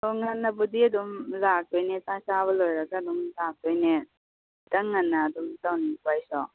ꯑꯣ ꯉꯟꯅꯕꯨꯗꯤ ꯑꯗꯨꯝ ꯂꯥꯛꯇꯣꯏꯅꯦ ꯆꯥꯛ ꯆꯥꯕ ꯂꯣꯏꯔꯒ ꯑꯗꯨꯝ ꯂꯥꯛꯇꯣꯏꯅꯦ ꯈꯤꯇꯪ ꯉꯟꯅ ꯑꯗꯨꯝ ꯇꯥꯎꯅꯤꯡꯕ ꯑꯩꯗꯣ